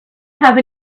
have